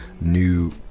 new